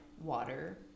water